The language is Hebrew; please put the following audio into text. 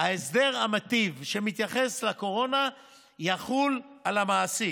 ההסדר המיטיב שמתייחס לקורונה יחול על המעסיק.